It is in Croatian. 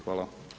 Hvala.